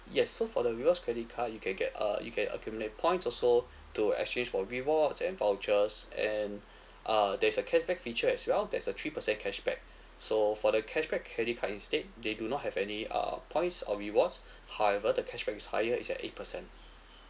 yes so for the rewards credit card you can get uh you can accumulate points also to exchange for rewards and vouchers and uh there is a cashback feature as well there's a three percent cashback so for the cashback credit card instead they do not have any uh points or rewards however the cashback is higher is at eight percent